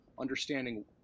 understanding